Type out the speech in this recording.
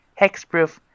Hexproof